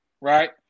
Right